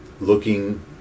looking